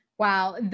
Wow